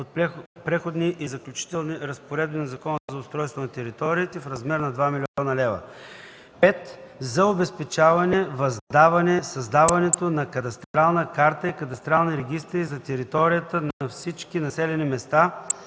от Преходните и заключителни разпоредби на Закона за устройство на територията в размер на 2 млн. лв. 5. За обезпечаване въздаване създаването на кадастрална карта и кадастрални регистри за територията на всички населени места